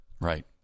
right